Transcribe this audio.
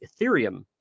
Ethereum